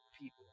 people